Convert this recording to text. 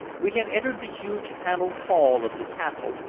we had entered the huge paneled hall of the castle,